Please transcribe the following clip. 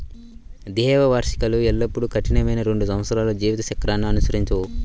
ద్వైవార్షికాలు ఎల్లప్పుడూ కఠినమైన రెండు సంవత్సరాల జీవిత చక్రాన్ని అనుసరించవు